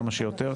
כמה שיותר,